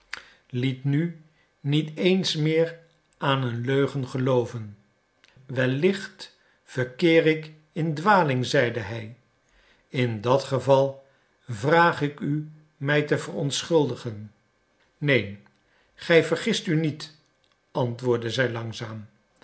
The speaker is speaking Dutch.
liet nu niet eens meer aan een leugen gelooven wellicht verkeer ik in dwaling zeide hij in dat geval vraag ik u mij te verontschuldigen neen gij vergist u niet antwoordde zij langzaam